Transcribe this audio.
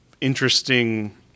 interesting